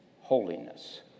holiness